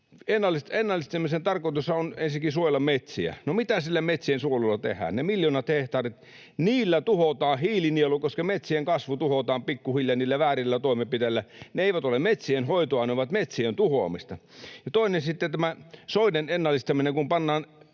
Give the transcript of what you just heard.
Ennallistamisen tarkoitushan on ensinnäkin suojella metsiä. No, mitä sillä metsien suojelulla tehdään? Niillä miljoonilla hehtaareilla tuhotaan hiilinielu, koska metsien kasvu tuhotaan pikkuhiljaa niillä väärillä toimenpiteillä. Ne eivät ole metsien hoitoa, ne ovat metsien tuhoamista. Ja toinen on sitten tämä soiden ennallistaminen: kun pannaan